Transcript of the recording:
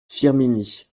firminy